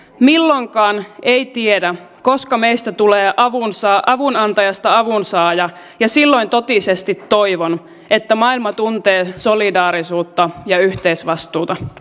milloinkaan ei tiedä koska meistä avunantajasta tulee avunsaaja ja silloin totisesti toivon että maailma tuntee solidaarisuutta ja yhteisvastuuta